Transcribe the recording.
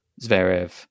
Zverev